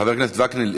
חבר הכנסת וקנין,